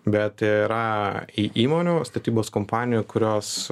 bet yra į įmonių statybos kompanijų kurios